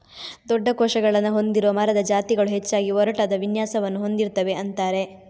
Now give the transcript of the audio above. ದೊಡ್ಡ ಕೋಶಗಳನ್ನ ಹೊಂದಿರುವ ಮರದ ಜಾತಿಗಳು ಹೆಚ್ಚಾಗಿ ಒರಟಾದ ವಿನ್ಯಾಸವನ್ನ ಹೊಂದಿರ್ತವೆ ಅಂತಾರೆ